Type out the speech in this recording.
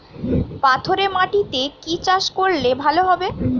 পাথরে মাটিতে কি চাষ করলে ভালো হবে?